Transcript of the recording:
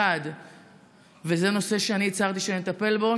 1. וזה נושא שאני הצהרתי שאני אטפל בו,